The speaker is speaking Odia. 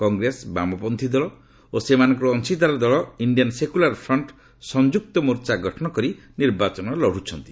କଂଗ୍ରେସ ବାମପନ୍ଥୀ ଦଳ ଓ ସେମାନଙ୍କର ଅଂଶୀଦାର ଦଳ ଇଣ୍ଡିଆନ ସେକୁଲାର ଫ୍ରଣ୍ଟ ସଂଯୁକ୍ତ ମୋର୍ଚ୍ଚା ଗଠନ କରି ନିର୍ବାଚନ ଲଢୁଛନ୍ତି